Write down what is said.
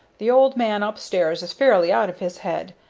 the old man up-stairs is fairly out of his head,